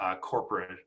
corporate